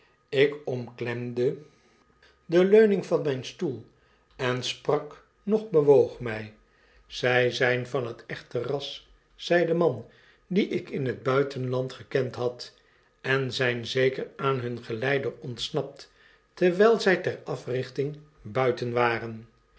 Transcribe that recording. ik omklernde de leuning van mgn stoel en sprak noch bewoog mg zrj zgn van het echte ras zei de man dien ik in het buitenland gekend had ff en zgn zeker aan hun geleider ontsnapt terwgl zg ter africhting buiten waren